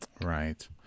right